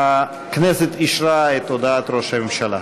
הכנסת אישרה את הודעת ראש הממשלה.